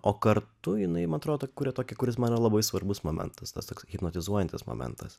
o kartu jinai man atrodo kuria tokį kuris man labai svarbus momentas tas toks hipnotizuojantis momentas